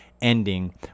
ending